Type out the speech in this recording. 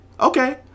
okay